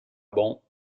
bancs